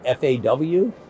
FAW